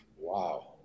Wow